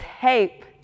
tape